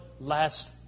last